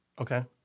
Okay